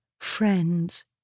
friends